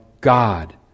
God